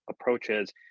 approaches